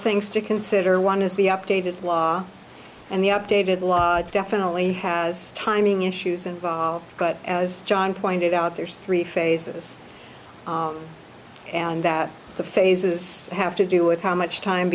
things to consider one is the updated law and the updated law it definitely has timing issues involved but as john pointed out there's three phases and that the phases have to do with how much time